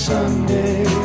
Sunday